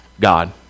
God